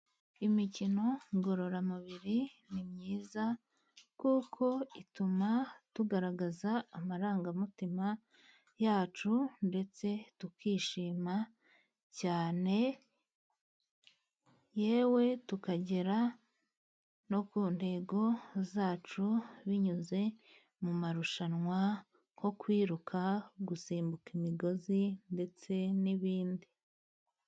Imikino ngororamubiri ni myiza, kuko ituma tugaragaza amarangamutima yacu, ndetse tukishima cyane, yewe tukagera no ku ntego zacu, binyuze mu marushanwa nko kwiruka, gusimbuka imigozi, ndetse n'ibindi.